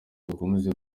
dukomeze